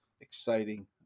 exciting